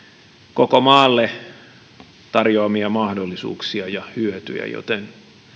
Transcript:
koko maalle tarjoamia mahdollisuuksia ja hyötyjä joten